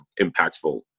impactful